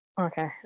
okay